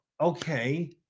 okay